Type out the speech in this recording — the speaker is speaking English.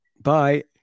Bye